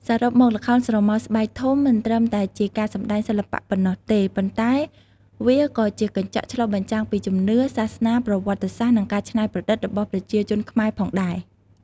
សរុបមក ល្ខោនស្រមោលស្បែកធំមិនត្រឹមតែជាការសម្តែងសិល្បៈប៉ុណ្ណោះទេ ប៉ុន្តែវាក៏ជាកញ្ចក់ឆ្លុះបញ្ចាំងពីជំនឿ សាសនា ប្រវត្តិសាស្ត្រ និងការច្នៃប្រឌិតរបស់ប្រជាជនខ្មែរផងដែរ។